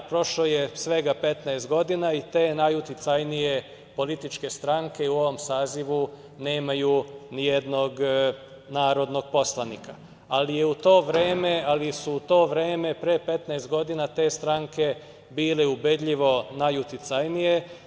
Prošlo je svega 15 godine i te najuticajnije političke stranke u ovom sazivu nemaju nijednog narodnog poslanika, ali su u to vreme, pre 15 godina, te stranke bile ubedljivo najuticajnije.